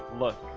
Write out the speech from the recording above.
look.